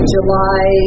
July